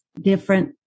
different